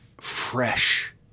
fresh